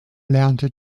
lernte